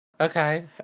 Okay